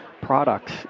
products